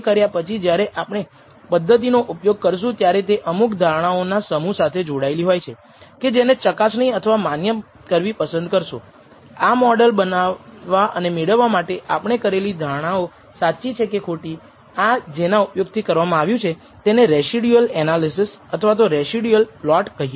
તો પછી આપણે n 2 દ્વારા વિભાજિત આશ્રિત ચલના વર્ગના માપેલા અને અનુમાનિત મૂલ્ય વચ્ચેના વર્ગનો સરવાળો તફાવત લઈ શકીએ જે σ હેટ સ્કવેરડનો સારો અંદાજ છે જે આશ્રિત ચલની એરર છે